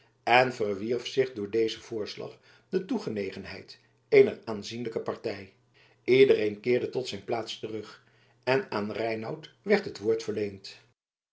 en verwierf zich door dezen voorslag de toegenegenheid eener aanzienlijke partij iedereen keerde tot zijn plaats terug en aan reinout werd het woord